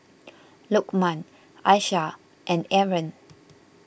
Lokman Aisyah and Aaron